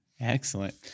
Excellent